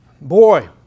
boy